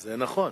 זה נכון.